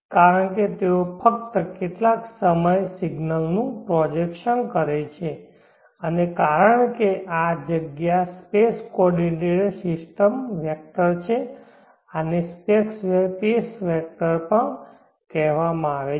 કારણ કે તેઓ ફક્ત કેટલાક સમય સિગ્નલન નું પ્રોજેકશન કરે છે અને કારણ કે આ જગ્યા સ્પેસ કોઓર્ડિનેંટ સિસ્ટમ વેક્ટર છે આને સ્પેસ વેક્ટર કહેવામાં આવે છે